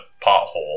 pothole